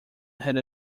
had